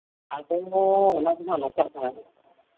ᱟᱫᱚ ᱱᱚᱣᱟ ᱫᱚ ᱦᱟᱸᱜ ᱱᱚᱝᱠᱟᱜ ᱠᱟᱱᱟ